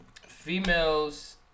females